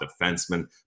defenseman